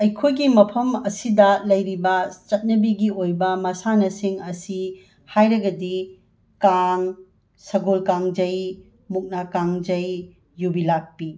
ꯑꯩꯈꯣꯏꯒꯤ ꯃꯐꯝ ꯑꯁꯤꯗ ꯂꯩꯔꯤꯕ ꯆꯠꯅꯕꯤꯒꯤ ꯑꯣꯏꯕ ꯃꯁꯥꯟꯅꯁꯤꯡ ꯑꯁꯤ ꯍꯥꯏꯔꯒꯗꯤ ꯀꯥꯡ ꯁꯒꯣꯜ ꯀꯥꯡꯖꯩ ꯃꯨꯛꯅꯥ ꯀꯥꯡꯖꯩ ꯌꯨꯕꯤ ꯂꯥꯛꯄꯤ